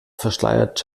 verschleiert